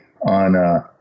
on